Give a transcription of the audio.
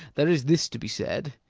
there is this to be said.